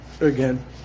Again